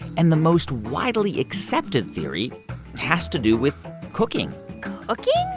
and the most widely accepted theory has to do with cooking cooking?